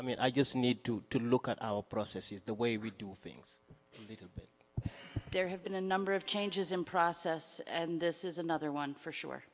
i mean i just need to look at our processes the way we do things there have been a number of changes in process and this is another one for sure